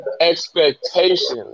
expectations